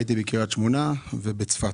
בקריית שמונה ובצפת.